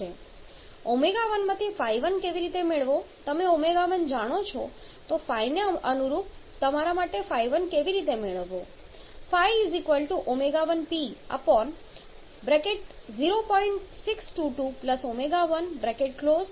તો ω1 માંથી ϕ1 કેવી રીતે મેળવવો તમે ω1 જાણો છો તો પછી ϕને અનુરૂપ તમારા ϕ1 કેવી રીતે મેળવવો